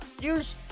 use